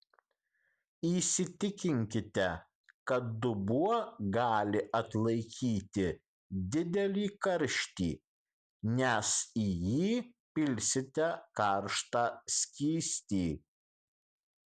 įsitikinkite kad dubuo gali atlaikyti didelį karštį nes į jį pilsite karštą skystį